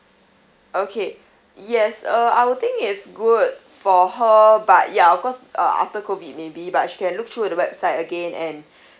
okay yes uh I would think it's good for her but ya of course uh after COVID maybe but she can look through at the website again and